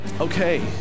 okay